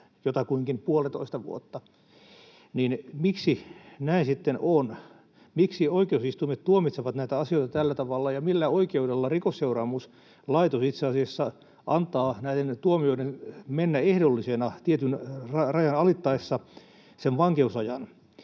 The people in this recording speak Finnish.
jotakuinkin puolitoista vuotta, niin miksi näin sitten on. Miksi oikeusistuimet tuomitsevat näitä asioita tällä tavalla, ja millä oikeudella Rikosseuraamuslaitos itse asiassa antaa näiden tuomioiden mennä ehdollisena tietyn rajan alittaessa sen vankeusajan?